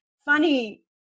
funny